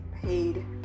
paid